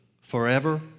forever